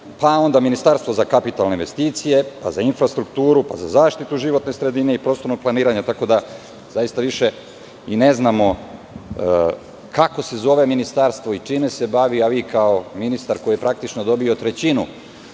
pa onda Ministarstvo za kapitalne investicije, pa za infrastrukturu, pa za zaštitu životne sredine i prostorno planiranje, tako da zaista više i ne znamo kako se zove ministarstvo i čime se bavi, a vi, kao ministar koji je praktično dobio trećinu